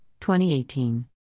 2018